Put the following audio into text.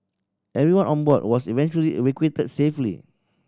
everyone on board was eventually evacuated safely